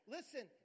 Listen